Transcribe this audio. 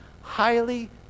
highly